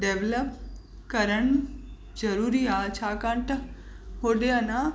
develop करणु ज़रूरी आ्हे छाकाणि त होॾे अञा